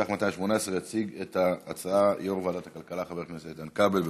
התשע"ח 2018. יציג את ההצעה יושב-ראש ועדת הכלכלה חבר הכנסת איתן כבל,